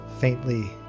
faintly